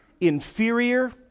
inferior